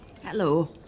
Hello